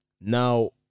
Now